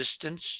Distance